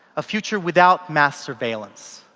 a future without mass surveillance.